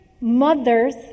mothers